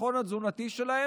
לביטחון התזונתי שלהם,